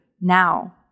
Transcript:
now